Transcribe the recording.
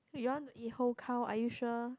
wait you want to eat whole cow are you sure